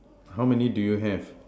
how many do you have